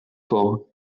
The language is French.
faure